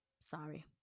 sorry